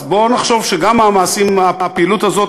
אז בואו נחשוב שגם הפעילות הזאת,